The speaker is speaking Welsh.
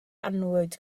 annwyd